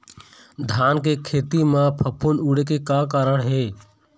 धान के खेती म फफूंद उड़े के का कारण हे?